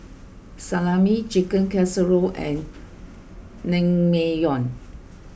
Salami Chicken Casserole and Naengmyeon